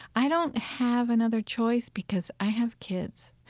i don't have another choice because i have kids.